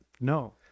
No